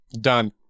Done